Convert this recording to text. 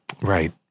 Right